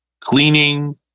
cleaning